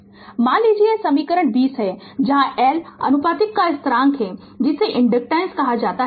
Refer Slide Time 0954 मान लीजिए यह समीकरण 20 है जहाँ L आनुपातिकता का स्थिरांक है जिसे इनडकटेंस कहा जाता है